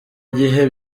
gihe